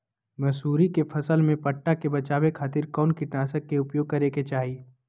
मसूरी के फसल में पट्टा से बचावे खातिर कौन कीटनाशक के उपयोग करे के चाही?